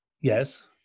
Yes